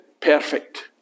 perfect